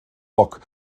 bock